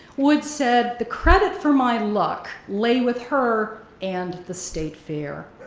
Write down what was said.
wood said, the credit for my luck lay with her and the state fair.